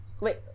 Wait